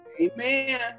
Amen